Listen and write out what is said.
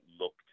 looked